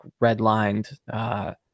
redlined